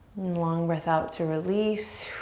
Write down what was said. long breath out to release,